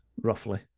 roughly